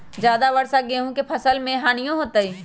ज्यादा वर्षा गेंहू के फसल मे हानियों होतेई?